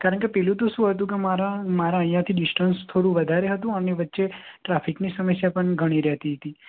કારણકે પેલું તો શું હતું કે મારે મારે અહીંયાથી ડિસ્ટન્સ થોડું વધારે હતું અને વચ્ચે ટ્રાફિકની સમસ્યા પણ ઘણી રહેતી હતી